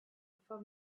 before